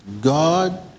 God